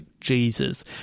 Jesus